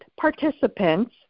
participants